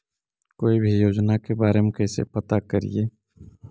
कोई भी योजना के बारे में कैसे पता करिए?